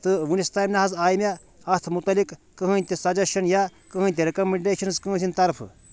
تہٕ وُنِس تانۍ نہ حظ آیہِ مےٚ اَتھ متعلق کٕہٲنۍ تہِ سَجشیٚن یا کٕہٲنۍ تہِ رِکَمیٚنڈیشنٕز کٲنٛسہِ ہنٛدۍ طرفہٕ